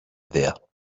there